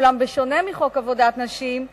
אולם בשונה מחוק עבודת נשים,